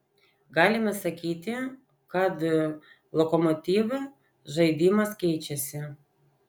galime sakyti kad lokomotiv žaidimas keičiasi